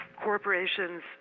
corporations